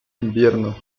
invierno